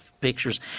pictures